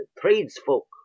tradesfolk